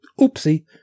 oopsie